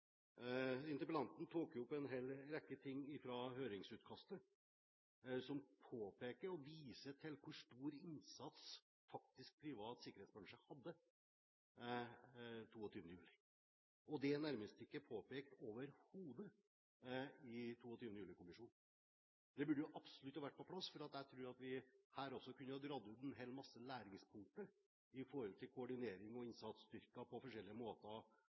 Interpellanten tok opp en hel rekke ting fra høringsutkastet som påpeker og viser til hvor stor innsats privat sikkerhetsbransje faktisk hadde 22. juli. Det er nærmest ikke overhodet påpekt i rapporten fra 22. juli-kommisjonen. Det burde absolutt vært på plass, for jeg tror at vi her også kunne ha dratt ut en hel masse læringspunkter når det gjelder koordinering og innsatsstyrker på forskjellige måter